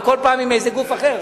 וכל פעם עם איזה גוף אחר.